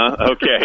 Okay